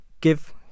give